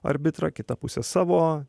arbitrą kita pusė savo